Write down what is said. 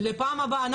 לפעם הבאה,